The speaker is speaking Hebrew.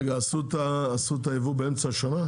עשו את הייבוא באמצע השנה?